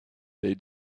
they